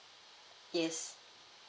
yes